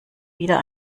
wieder